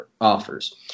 offers